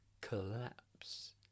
collapse